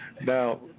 Now